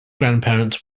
grandparents